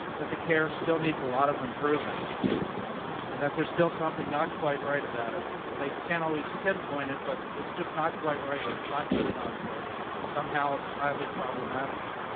that the care still needs a lot of improving and that there's still something not quite right about it. they can't always pinpoint it, but it's just not quite right or it's not good enough or somehow it's highly problematic.